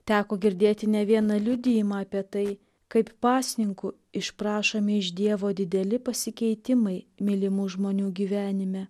teko girdėti ne vieną liudijimą apie tai kaip pasninku išprašomi iš dievo dideli pasikeitimai mylimų žmonių gyvenime